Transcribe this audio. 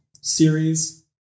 series